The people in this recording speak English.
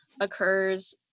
occurs